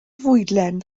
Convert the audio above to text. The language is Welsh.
fwydlen